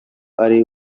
ari